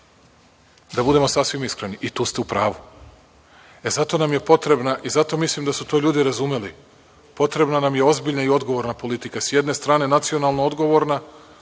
da budemo sasvim iskreni i tu ste u pravu. Zato nam je potrebna i zato mislim da su to ljudi razumeli, potrebna nam je ozbiljna i odgovorna politika sa jedne strane nacionalno odgovorna